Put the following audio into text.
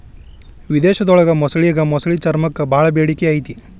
ವಿಧೇಶದೊಳಗ ಮೊಸಳಿಗೆ ಮೊಸಳಿ ಚರ್ಮಕ್ಕ ಬಾಳ ಬೇಡಿಕೆ ಐತಿ